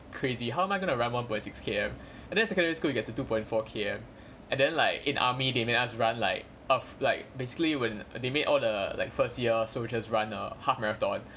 crazy how am I going around one point six K_M and then secondary school you get to two point four K_M and then like in army they made us run like of like basically when they made all the like first year soldiers run a half marathon